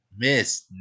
Miss